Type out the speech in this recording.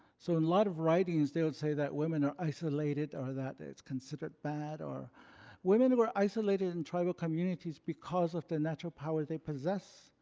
so in a lot of writings, they would say that women are isolated or that it's considered bad or women were isolated in tribal communities because of the natural power they possess.